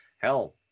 Hell